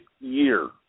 year